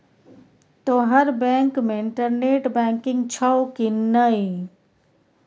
तोहर बैंक मे internet banking छौ कि नै